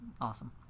awesome